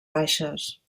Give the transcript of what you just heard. baixes